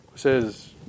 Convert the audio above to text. says